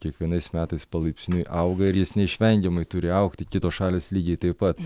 kiekvienais metais palaipsniui auga ir jis neišvengiamai turi augti kitos šalys lygiai taip pat